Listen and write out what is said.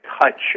touch